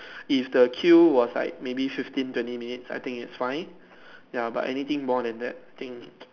if the queue was like maybe fifteen twenty minutes I think it's fine ya but anything more than that I think